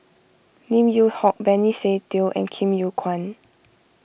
Lim Yew Hock Benny Se Teo and Kim Yew Kuan